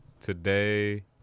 Today